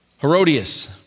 Herodias